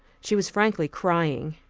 she was frankly crying.